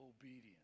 obedience